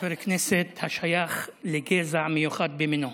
חבר כנסת השייך לגזע מיוחד במינו.